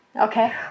Okay